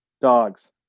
Dogs